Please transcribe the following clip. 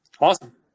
Awesome